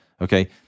Okay